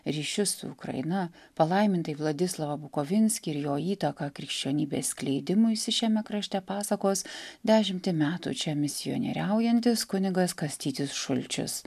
ryšiu su ukraina palaimintai vladislovą bukovinskį ir jo įtaką krikščionybės skleidimuisi šiame krašte pasakos dešimtį metų čia misionieriaujantis kunigas kastytis šulčius